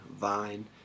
vine